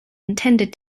intended